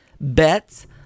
bets